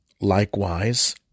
likewise